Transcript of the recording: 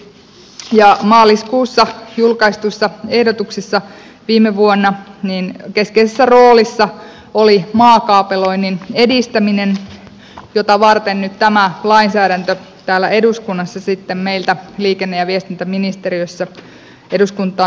viime vuoden maaliskuussa julkaistuissa ehdotuksissa keskeisessä roolissa oli maakaapeloinnin edistäminen jota varten nyt tämä lainsäädäntö sitten meiltä liikenne ja viestintäministeriöstä tänne eduskuntaan on tullut